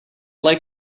like